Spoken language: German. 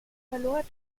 verlor